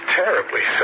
terribly